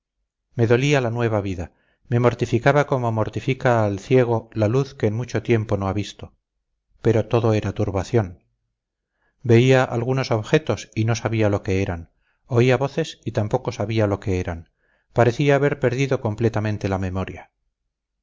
me dolía la nueva vida me mortificaba como mortifica al ciego la luz que en mucho tiempo no ha visto pero todo era turbación veía algunos objetos y no sabía lo que eran oía voces y tampoco sabía lo que eran parecía haber perdido completamente la memoria